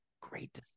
great